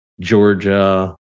Georgia